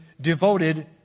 devoted